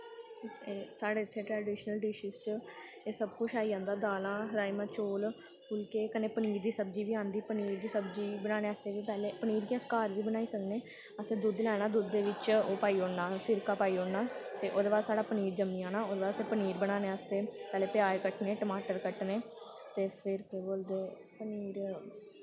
साढ़े इत्थै traditional dishes दे बिच्च एह् सबकिश आई जंदा राजमांह् चौल फुल्के कन्नै पनीर दी सब्जी बी औंदा पनीर दी सब्जी बनानै आस्तै पनीर गी अस घर बी बनाई सकने असें दुद्ध लैना दुद्ध बिच्च ओह् पाई ओड़ना सिरका पाई ओड़ना ते ओह्दे बाद साढ़ा पनीर जम्मी जाना और असें पनीर बनाने आस्तै पैह्लें प्याज कट्टने टमाटर कट्टने ते फिर बोलदे